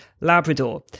Labrador